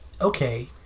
okay